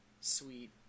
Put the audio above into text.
Sweet